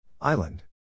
Island